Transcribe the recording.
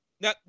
Now